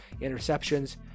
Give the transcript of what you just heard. interceptions